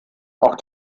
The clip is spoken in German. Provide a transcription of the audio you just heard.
auch